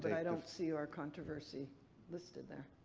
i don't see our controversy listed there.